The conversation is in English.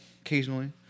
occasionally